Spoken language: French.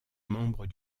membre